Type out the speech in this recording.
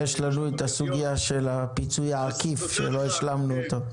יש סוגית הפיצוי העקיף שלא השלמנו אותו.